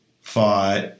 Fought